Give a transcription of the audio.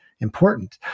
important